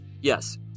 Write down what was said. Yes